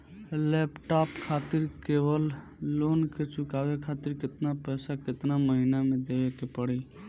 Laptop खातिर लेवल loan के चुकावे खातिर केतना पैसा केतना महिना मे देवे के पड़ी?